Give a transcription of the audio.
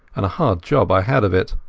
and a hard job i had of it.